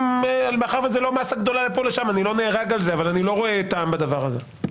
מאחר וזו לא מסה גדולה, אני לא רואה טעם בדבר הזה.